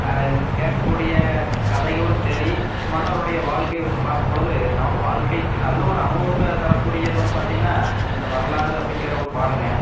கேட்கக்கூடிய கதைகளும் சரி மன்னருடைய வாழ்க்கை வச்சு பார்க்கும்பொழுது நம்ம வாழ்க்கைக்கு நல்ல ஒரு அனுபவத்தை தரக் கூடியது வந்து பார்த்தீங்கன்னா இந்த வரலாறு அப்படிங்கிற ஒரு பாடங்க